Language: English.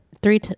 Three